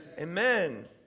Amen